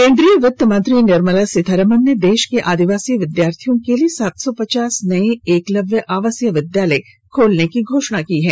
केन्द्रीय वित मंत्री निर्मला सीतारमण ने देश के आदिवासी विधार्थियों के लिए सात सौ पचास नए एकलव्य आवासीय विधालय खोलने की घोषणा की है